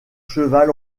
cheval